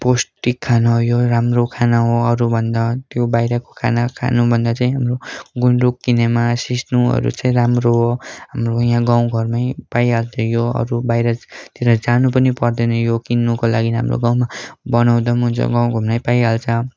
पौष्टिक खाना हो यो राम्रो खाना हो अरू भन्दा त्यो बाहिरको खाना खानुभन्दा चाहिँ हाम्रो गुन्द्रुक किनेमा सिस्नोहरू चाहिँ राम्रो हो हाम्रो यहाँ गाउँघरमै पाइहाल्थ्यो यो अरू बाहिरतिर जानु पनि पर्दैन यो किन्नुको लागि हाम्रो गाउँमा बनाउँदा पनि हुन्छ गाउँ घरमै पाइहाल्छ